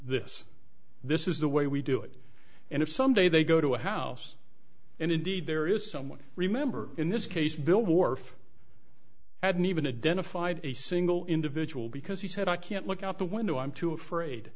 this this is the way we do it and if some day they go to a house and indeed there is someone remember in this case bill wharf had an even a den of five a single individual because he said i can't look out the window i'm too afraid